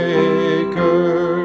Maker